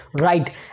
right